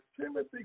Timothy